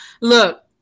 look